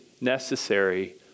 necessary